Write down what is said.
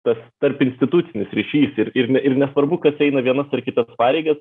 tas tarpinstitucinis ryšys ir ir ir nesvarbu kas eina vienas ar kitas pareigas